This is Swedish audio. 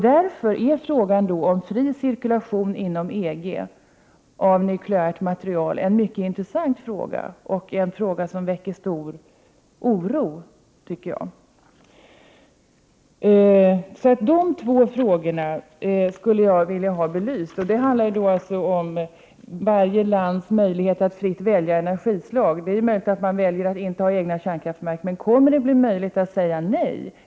Därför är frågan om fri cirkulation inom EG för nukleärt material en mycket intressant fråga, som väcker stor oro. Jag skulle vilja ha dessa frågor belysta. Det handlar om varje lands möjlighet att fritt välja energislag. Det är möjligt att man väljer att inte ha egna kärnkraftverk. Men kommer det att bli möjligt att säga nej?